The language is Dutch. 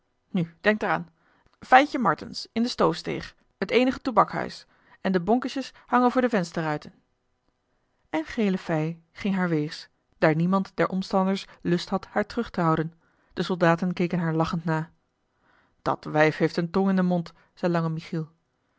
nu denkt er aan fytje martens in de stoofsteeg het eenige toebackhuis en de bonkesjes hangen voor de vensterruiten en gele fij ging haar weegs daar niemand der omstanders lust had haar terug te houden de soldaten keken haar lachend na dat wijf heeft eene tong in den mond zei